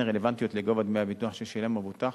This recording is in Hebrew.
אין רלוונטיות לגובה דמי הביטוח ששילם המבוטח